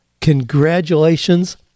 congratulations